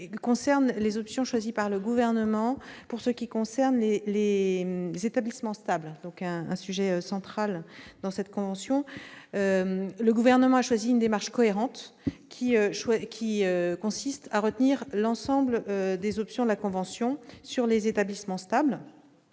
concerne les options choisies par le Gouvernement en ce qui concerne les établissements stables, un thème central de cette convention. Le Gouvernement a choisi une démarche cohérente qui consiste à retenir l'ensemble des options de la convention sur les établissements stables,